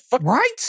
Right